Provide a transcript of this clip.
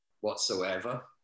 whatsoever